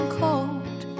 cold